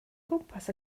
gwmpas